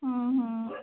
ହଁ ହଁ